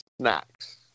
snacks